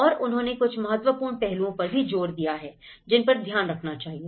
और उन्होंने कुछ महत्वपूर्ण पहलुओं पर भी जोर दिया है जिन पर ध्यान रखा जाए